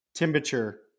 Temperature